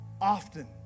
often